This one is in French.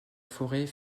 forêt